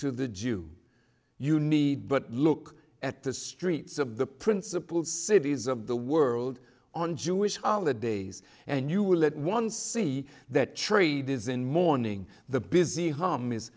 to the jew you need but look at the streets of the principal cities of the world on jewish holidays and you will at once see that trade is in morning the busy hum is